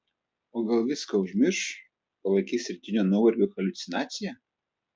o gal viską užmirš palaikys rytinio nuovargio haliucinacija